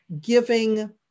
giving